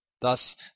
Thus